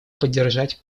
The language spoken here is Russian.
поддержать